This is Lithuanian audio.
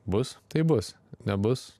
bus tai bus nebus